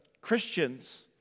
Christians